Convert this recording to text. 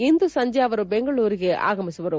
ಇಂದು ಸಂಜೆ ಅವರು ಬೆಂಗಳೂರಿಗೆ ಆಗಮಿಸುವರು